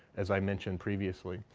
as i mentioned previously.